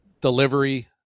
delivery